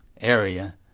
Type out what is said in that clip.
area